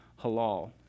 halal